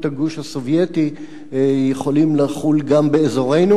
הגוש הסובייטי יכולים לחול גם באזורנו,